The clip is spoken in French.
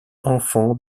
enfants